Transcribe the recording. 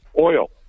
oil